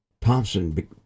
Thompson